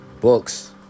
books